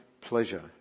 pleasure